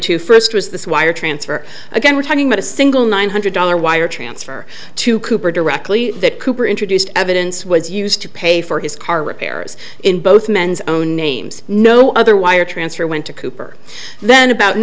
two first was this wire transfer again we're talking about a single nine hundred dollar wire transfer to cooper directly that cooper introduced evidence was used to pay for his car repairs in both men's own names no other the wire transfer went to cooper then about